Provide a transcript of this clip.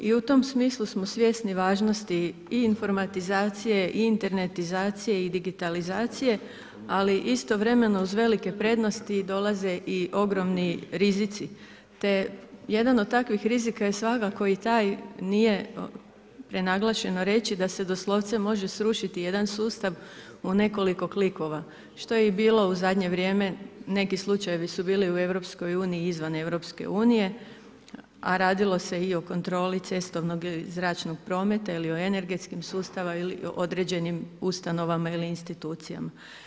I u tom smislu smo svjesni važnosti i informatizacije i internalizacije i digitalizacije, ali istovremeno uz velike prednosti dolaze i ogromni rizici, te jedan od takvih rizika je svakako i taj, nije prenaglašeno reći, da se doslovce može srušiti jedan sustav u nekoliko klikova, što je i bilo u zadnje vrijeme, neki slučajevi su bili u EU i izvan EU, a radilo se i o kontroli cestovnog ili zračnog prometa ili o energetskim sustavima ili određenim ustanovama ili institucijama.